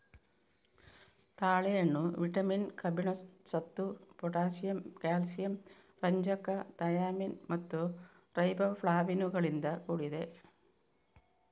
ತಾಳೆಹಣ್ಣು ವಿಟಮಿನ್, ಕಬ್ಬಿಣ, ಸತು, ಪೊಟ್ಯಾಸಿಯಮ್, ಕ್ಯಾಲ್ಸಿಯಂ, ರಂಜಕ, ಥಯಾಮಿನ್ ಮತ್ತು ರೈಬೋಫ್ಲಾವಿನುಗಳಿಂದ ಕೂಡಿದೆ